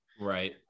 right